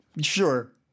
Sure